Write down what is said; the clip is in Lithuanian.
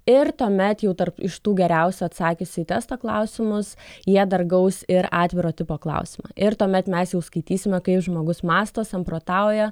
ir tuomet jau tarp iš tų geriausių atsakiusių į testo klausimus jie dar gaus ir atviro tipo klausimą ir tuomet mes jau skaitysime kaip žmogus mąsto samprotauja